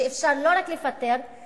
שאפשר לא רק לפטר,